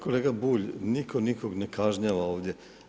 Kolega Bulj, nitko nikog ne kažnjava ovdje.